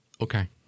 Okay